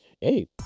hey